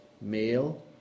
male